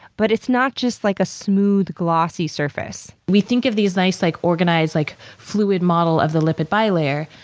but it's not just like a smooth, glossy surface. we think of these nice, like organized, like fluid model of the lipid bilayer.